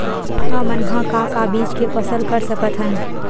हमन ह का का बीज के फसल कर सकत हन?